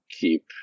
keep